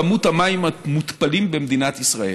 כמות המים המותפלים במדינת ישראל.